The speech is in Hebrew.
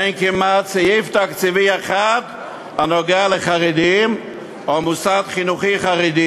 אין כמעט סעיף תקציבי אחד הנוגע בחרדים או מוסד חינוכי חרדי